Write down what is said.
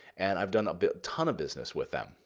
and i've done a ton of business with them.